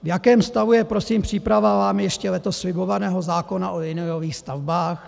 V jakém stavu je prosím příprava vámi ještě letos slibovaného zákona o liniových stavbách?